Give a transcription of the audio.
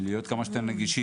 מנסים להיות כמה שיותר נגישים.